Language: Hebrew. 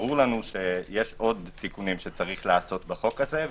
ברור לנו שיש עוד תיקונים שיש לעשות בחוק הזה,